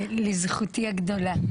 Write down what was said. לזכותי הגדולה.